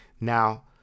Now